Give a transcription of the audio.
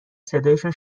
صدایشان